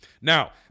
Now